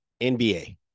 NBA